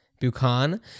Buchan